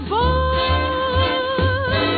boy